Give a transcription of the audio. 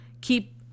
keep